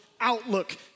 outlook